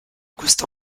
questo